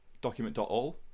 document.all